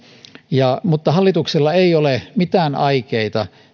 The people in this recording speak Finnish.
mutta hallituksella ei ole mitään aikeita